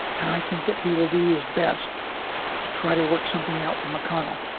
and i think that he will do his best to try to work something out with mcconnell.